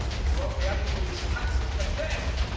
he won't be happy till he's taxed us to death.